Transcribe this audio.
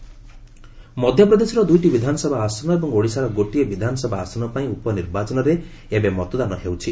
bypolls ମଧ୍ୟପ୍ରଦେଶର ଦୁଇଟି ବିଧାନସଭା ଆସନ ଏବଂ ଓଡ଼ିଶାର ଗୋଟିଏ ବିଧାନସଭା ଆସନ ପାଇଁ ଉପନିର୍ବାଚନରେ ଏବେ ମତଦାନ ହେଉଛି